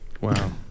Wow